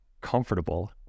comfortable